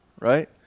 right